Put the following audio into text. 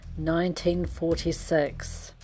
1946